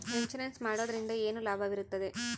Insurance ಮಾಡೋದ್ರಿಂದ ಏನು ಲಾಭವಿರುತ್ತದೆ?